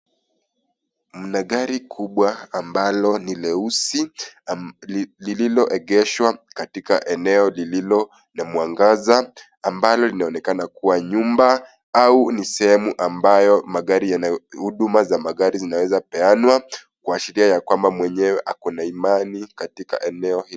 Mna gari kubwa ambalo ni leusi, liloegeshwa katika eneo lililo na mwangaza, ambalo linaonekana kua nyumba, au ni sehemu ambayo magari huduma za magari zinaweza peanwa, kuashiria ya kwamba mwenyewe ako na imani katika eneo hilo.